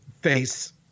face